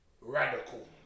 radical